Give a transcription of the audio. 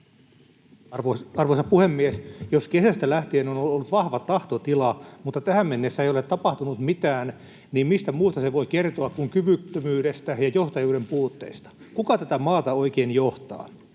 Arvoisa puhemies! Jos kesästä lähtien on ollut vahva tahtotila mutta tähän mennessä ei ole tapahtunut mitään, niin mistä muusta se voi kertoa kuin kyvyttömyydestä ja johtajuuden puutteista? Kuka tätä maata oikein johtaa?